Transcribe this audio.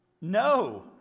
No